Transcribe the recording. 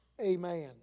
Amen